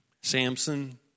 Samson